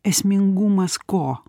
esmingumas ko